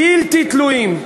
בלתי תלויים.